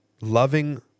Loving